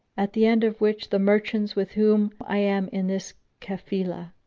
at the end of which the merchants, with whom i am in this cafilah,